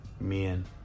Men